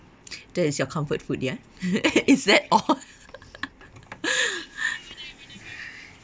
that is your comfort food ya is that all